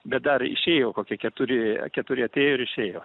bet dar išėjo kokie keturi keturi atėjo ir išėjo